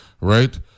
right